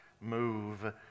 move